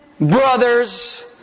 brothers